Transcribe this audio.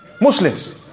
Muslims